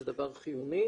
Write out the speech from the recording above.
זה דבר חיוני,